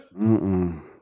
Mm-mm